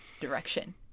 direction